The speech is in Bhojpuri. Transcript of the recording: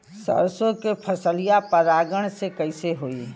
सरसो के फसलिया परागण से कईसे होई?